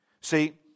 See